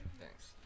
Thanks